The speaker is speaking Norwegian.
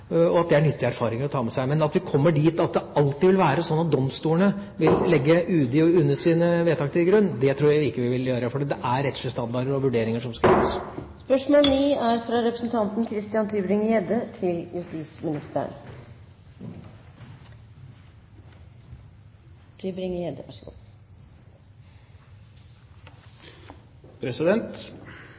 og at det er nyttige erfaringer å ta med seg. Men at vi kommer dit at det alltid vil være slik at domstolene vil legge UDIs og UNEs vedtak til grunn, tror jeg ikke vi vil gjøre. For det er rettslige standarder og vurderinger som skal følges. «Ifølge mediene planlegger regjeringen å flytte dagens ankomstmottak for asylsøkere på Tanum i Bærum til